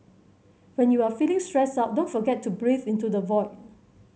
when you are feeling stressed out don't forget to breathe into the void